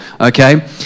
okay